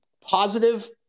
positive